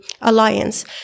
Alliance